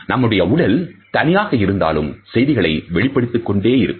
நம்முடைய உடல் தனியாக இருந்தாலும் செய்திகளை வெளிப்படுத்திக் கொண்டிருக்கும்